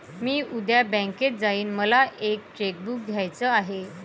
मी उद्या बँकेत जाईन मला एक चेक बुक घ्यायच आहे